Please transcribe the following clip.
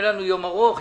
אין לנו יום ארוך,